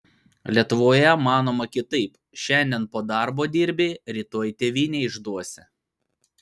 lietuvoje manoma kitaip šiandien po darbo dirbi rytoj tėvynę išduosi